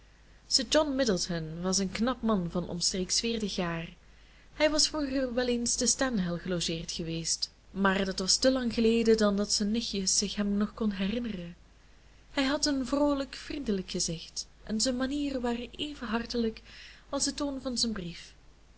sir john middleton was een knap man van omstreeks veertig jaar hij was vroeger wel eens te stanhill gelogeerd geweest maar dat was te lang geleden dan dat zijne nichtjes zich hem nog konden herinneren hij had een vroolijk vriendelijk gezicht en zijn manieren waren even hartelijk als de toon van zijn brief